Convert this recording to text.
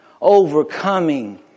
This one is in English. Overcoming